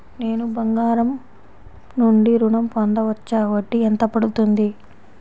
నేను బంగారం నుండి ఋణం పొందవచ్చా? వడ్డీ ఎంత పడుతుంది?